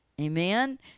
Amen